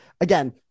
again